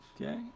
Okay